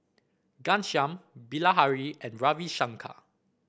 Ghanshyam Bilahari and Ravi Shankar